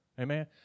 Amen